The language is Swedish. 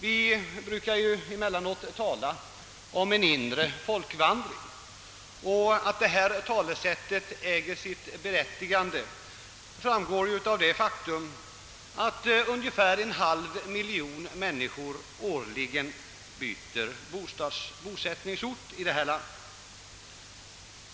Vi brukar emellanåt tala om en inre folkvandring, och att detta talesätt äger sitt berättigande framgår av det faktum att ungefär en halv miljon människor årligen byter bosättningsort.